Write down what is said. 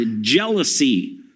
jealousy